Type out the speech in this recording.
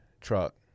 Truck